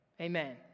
Amen